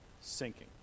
sinking